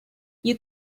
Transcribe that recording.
you